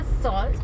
salt